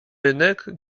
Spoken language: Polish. rynek